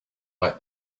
like